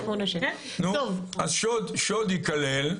אז שוד ייכלל,